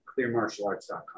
clearmartialarts.com